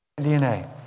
DNA